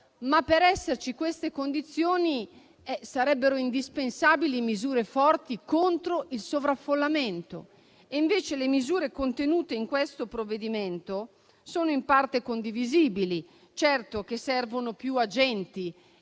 Ma, per esserci queste condizioni, sarebbero indispensabili misure forti contro il sovraffollamento. Le misure contenute in questo provvedimento sono in parte condivisibili. Certo che servono più agenti,